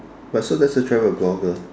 but so does a travel blogger